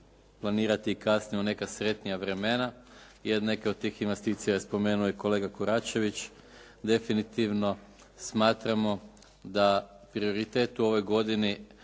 planirati i kasnije u neka sretnija vremena jer neke od tih investicija je spomenuo i kolega Koračević. Definitivno smatramo da prioritet u ovoj godini